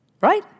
right